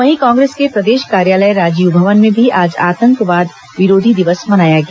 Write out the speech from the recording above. वहीं कांग्रेस के प्रदेश कार्यालय राजीव भवन में भी आज आतंकवाद विरोधी दिवस मनाया गया